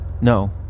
no